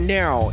now